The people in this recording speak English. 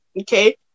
Okay